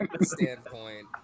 Standpoint